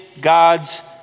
God's